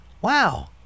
wow